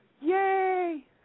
Yay